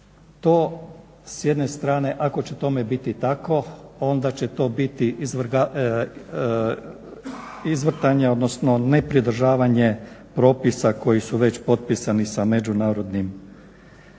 To s jedne strane ako će tome biti tako onda će to biti izvrtanje, odnosno nepridržavanje propisa koji su već potpisani sa međunarodnim